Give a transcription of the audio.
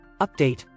Update